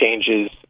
changes